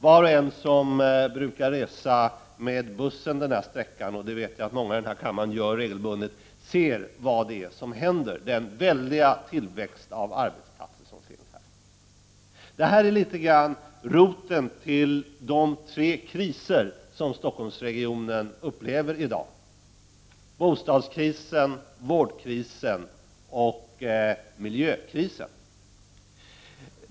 Var och en som brukar resa den här sträckan med buss — många i den här kammaren gör det regelbundet — ser vad som händer. Det är en enorm tillväxt av arbetsplatser. Detta är delvis roten till de tre kriser som Stockholmsregionen upplever i dag — bostadskrisen, vårdkrisen och miljökrisen.